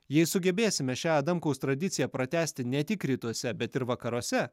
jei sugebėsime šią adamkaus tradiciją pratęsti ne tik rytuose bet ir vakaruose